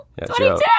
22